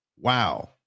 Wow